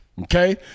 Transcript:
Okay